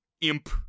imp